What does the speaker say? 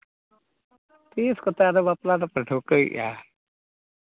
ᱛᱤᱥ ᱠᱚᱛᱮ ᱟᱫᱚ ᱵᱟᱯᱞᱟ ᱫᱚᱯᱮ ᱴᱷᱟᱹᱣᱠᱟᱹᱭᱮᱫᱼᱟ